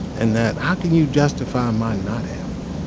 and that how can you justify my not having it.